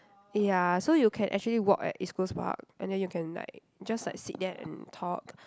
ya so you can actually walk at East-Coast-Park and then you can like just like sit there and talk